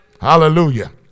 hallelujah